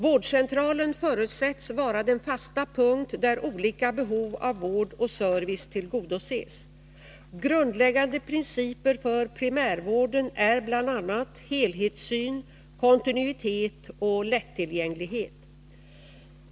Vårdcentralen förutsätts vara den fasta punkt där olika behov av vård och service tillgodoses. Grundläggande principer för primärvården är bl.a. helhetssyn, kontinuitet och lättillgänglighet.